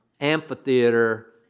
amphitheater